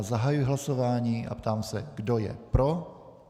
Zahajuji hlasování a ptám se, kdo je pro.